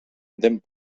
dent